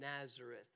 Nazareth